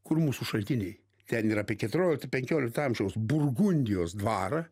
kur mūsų šaltiniai ten ir apie keturiolikto penkiolikto amžiaus burgundijos dvarą